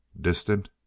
Distant